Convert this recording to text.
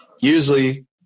Usually